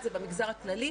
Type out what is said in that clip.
זה במגזר הכללי.